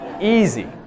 Easy